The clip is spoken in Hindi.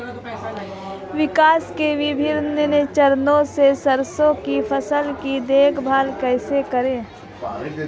विकास के विभिन्न चरणों में सरसों की फसल की देखभाल कैसे करें?